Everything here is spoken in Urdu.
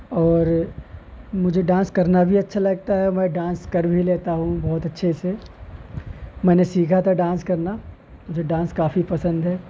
اور مجھے ڈانس کرنا بھی اچھا لگتا ہے میں ڈانس کر بھی لیتا ہوں بہت اچھے سے میں نے سیکھا تھا ڈانس کرنا مجھے ڈانس کافی پسند ہے